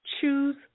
choose